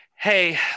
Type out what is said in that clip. Hey